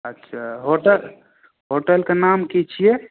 अच्छा होटल होटलके नाम की छियै